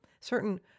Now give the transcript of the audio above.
certain